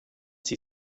sie